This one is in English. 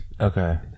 okay